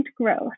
growth